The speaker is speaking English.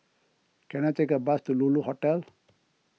can I take a bus to Lulu Hotel